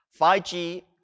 5G